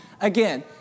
Again